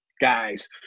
guys